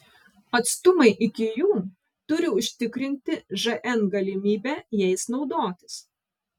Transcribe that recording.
atstumai iki jų turi užtikrinti žn galimybę jais naudotis